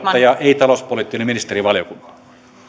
ei talouspoliittinen ministerivaliokunta